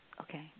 Okay